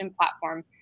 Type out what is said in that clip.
platform